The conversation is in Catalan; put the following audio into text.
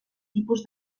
tipus